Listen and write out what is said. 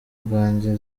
ubwanjye